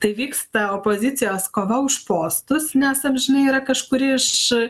tai vyksta opozicijos kova už postus nes amžinai yra kažkuri iš